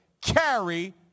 carry